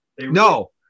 No